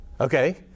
Okay